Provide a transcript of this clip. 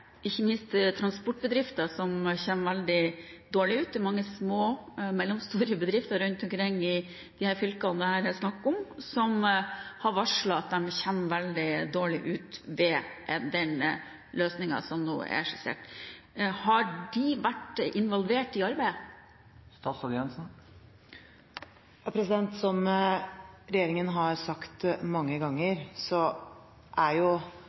ikke minst transportbedrifter, som kommer veldig dårlig ut. Det er mange små og mellomstore bedrifter rundt omkring i de fylkene det her er snakk om, som har varslet at de kommer veldig dårlig ut med den løsningen som nå er skissert. Har de vært involvert i arbeidet? Som regjeringen har sagt mange ganger, er